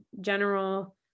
general